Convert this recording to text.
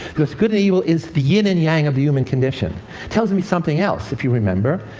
because good and evil is the yin and yang of the human condition. it tells me something else. if you remember,